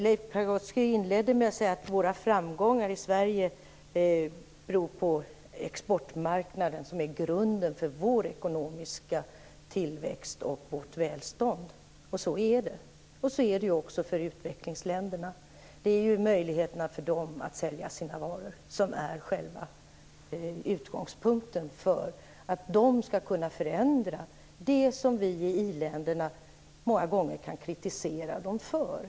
Leif Pagrotsky inledde med att säga att våra framgångar i Sverige är beroende av exportmarknaden som är grunden för vår ekonomiska tillväxt och vårt välstånd. Så är det också för utvecklingsländerna. Det är möjligheten för dem att sälja sina varor som är själva utgångspunkten för att de skall kunna förändra det som vi i i-länderna många gånger kritiserar dem för.